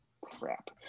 Crap